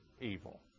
evil